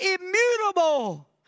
immutable